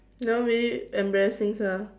that one really embarrassing sia